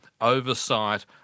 oversight